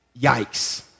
yikes